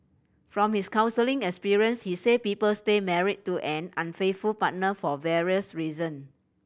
from his counselling experience he said people stay married to an unfaithful partner for various reason